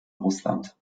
russland